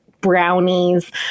brownies